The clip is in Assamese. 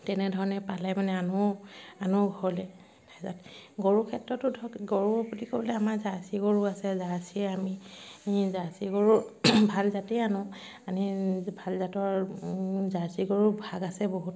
তেনেধৰণে পালে মানে আনো আনো ঘৰলৈ তাৰপিছত গৰুৰ ক্ষেত্ৰতো ধৰক গৰু বুলি ক'বলে আমাৰ জাৰ্চি গৰু আছে জাৰ্চি আমি জাৰ্চি গৰুৰ ভাল জাতেই আনো আনি ভাল জাতৰ জাৰ্চি গৰুৰ ভাগ আছে বহুত